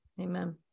Amen